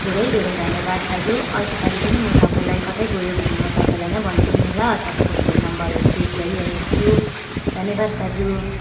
धेरै धेरै धन्यवाद दाजु अर्को पालि पनि म तपाईँलाई कतै गयो भने म तपाईँलाई नै भन्छु नि ल तपाईँको फोन नम्बरहरू सेभ गरिराखेको छु धन्यवाद दाजु